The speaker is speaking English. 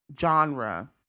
genre